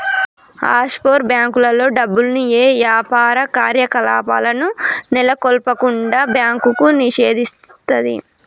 offshore బ్యేంకుల్లో డబ్బుల్ని యే యాపార కార్యకలాపాలను నెలకొల్పకుండా బ్యాంకు నిషేధిస్తది